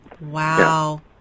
Wow